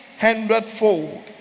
hundredfold